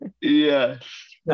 Yes